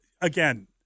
again